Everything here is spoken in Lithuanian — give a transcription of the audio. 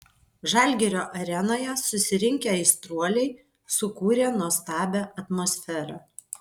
žalgirio arenoje susirinkę aistruoliai sukūrė nuostabią atmosferą